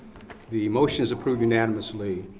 the motion is approved unanimously.